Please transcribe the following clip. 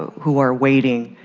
who are waiting.